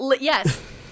Yes